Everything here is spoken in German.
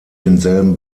denselben